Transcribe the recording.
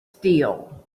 steel